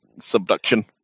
subduction